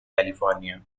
california